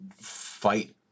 fight